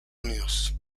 unidos